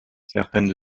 certaines